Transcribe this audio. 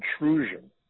intrusion